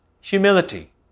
humility